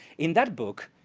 in that book,